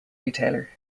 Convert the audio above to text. retailer